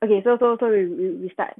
okay so so so we we we start